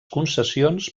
concessions